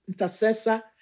intercessor